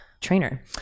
trainer